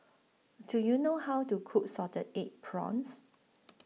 Do YOU know How to Cook Salted Egg Prawns